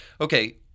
okay